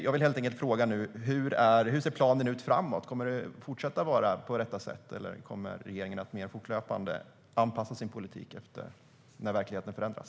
Jag vill helt enkelt fråga: Hur ser planen ut framåt? Kommer det att fortsätta att vara på det här sättet, eller kommer regeringen att mer fortlöpande anpassa sin politik när verkligheten förändras?